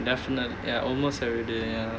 definitely ya almost everyday ya